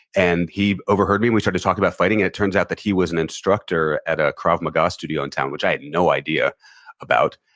and he overheard me. we started talking about fighting, and it turns out that he was an instructor at a krav maga studio in town, which i had no idea about.